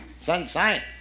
sunshine